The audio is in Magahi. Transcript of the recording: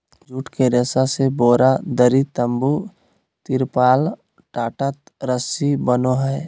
जुट के रेशा से बोरा, दरी, तम्बू, तिरपाल, टाट, रस्सी बनो हइ